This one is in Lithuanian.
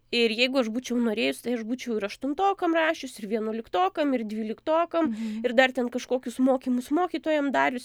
ir jeigu aš būčiau norėjus tai aš būčiau ir aštuntokam rašius ir vienuoliktokam ir dvyliktokam ir dar ten kažkokius mokymus mokytojam darius